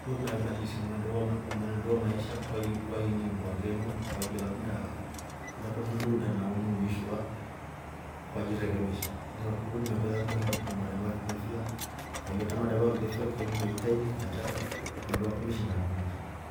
We ilima badilisha mwendo- mwenendo wa maisha kwai kwai- iningwa ngenu, kwaiywa labda, labda mwendo wo uliinda nawo u vishwa kwajirekebisha we mekolya labda e mnndu alitumia madava a kulefya akaiywa tra madawa ya kulefya ukeeilima jitahid katra ndo haatro weshiinda undung'usha.